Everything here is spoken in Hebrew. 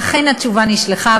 אכן התשובה נשלחה,